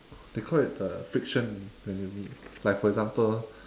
they call it the friction that you mean like for example